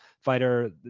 fighter